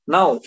Now